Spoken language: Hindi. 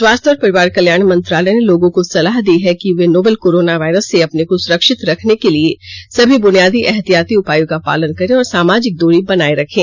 स्वास्थ्य और परिवार कल्याण मंत्रालय ने लोगों को सलाह दी है कि वे नोवल कोरोना वायरस से अपने को सुरक्षित रखने के लिए सभी बुनियादी एहतियाती उपायों का पालन करें और सामाजिक दूरी बनाए रखें